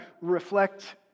reflect